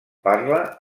parla